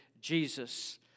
Jesus